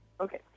Okay